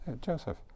Joseph